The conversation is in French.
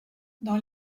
dans